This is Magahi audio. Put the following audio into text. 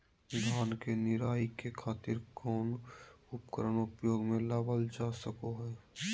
धान के निराई के खातिर कौन उपकरण उपयोग मे लावल जा सको हय?